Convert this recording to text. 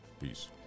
peace